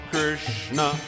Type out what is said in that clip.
Krishna